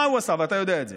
מה הוא עשה, ואתה יודע את זה,